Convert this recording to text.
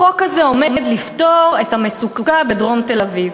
החוק הזה עומד לפתור את המצוקה בדרום תל-אביב.